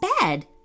bed